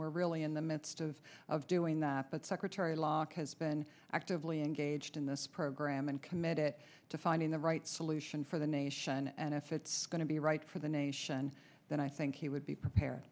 we're really in the midst of of doing that but secretary locke has been actively engaged in this program and committed to finding the right solution for the nation and if it's going to be right for the nation then i think he would be prepared